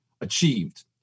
achieved